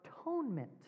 atonement